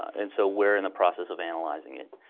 and so we're in the process of analyzing it.